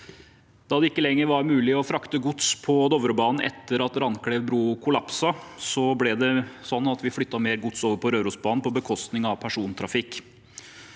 Da det ikke lenger var mulig å frakte gods på Dovrebanen etter at Randklev bru kollapset, ble det flyttet mer gods over på Rørosbanen på bekostning av persontrafikk.